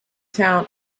town